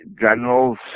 generals